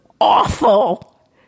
awful